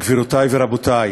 גבירותי ורבותי,